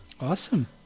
Awesome